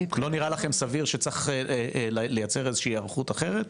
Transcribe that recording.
לא נראה לכם סביר שצריך לייצר היערכות אחרת?